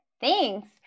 thanks